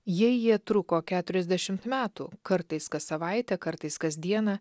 jei jie truko keturiasdešimt metų kartais kas savaitę kartais kasdieną